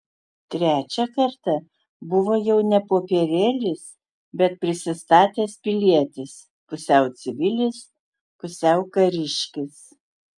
trečią kartą buvo jau ne popierėlis bet prisistatęs pilietis pusiau civilis pusiau kariškis